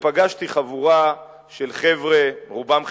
פגשתי חבורה של חבר'ה, רובם חילונים,